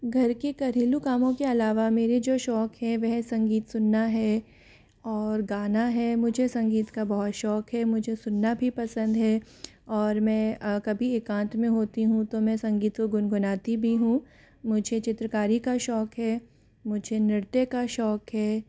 घर के घरेलू कामों के अलावा मेरे जो शौक है वह संगीत सुनना है और गाना है मुझे संगीत का बहुत शौक है मुझे सुनना भी पसंद है और मैं कभी एकांत में होती हूँ तो मैं संगीत को गुनगुनाती भी हूँ मुझे चित्रकारी का शौक है मुझे नृत्य का शौक है